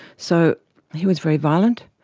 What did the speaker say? so he was very violent.